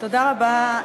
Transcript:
תודה רבה,